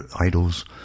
idols